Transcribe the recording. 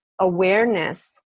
awareness